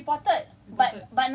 you get what I'm saying it's the media